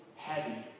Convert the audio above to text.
Heavy